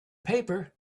paper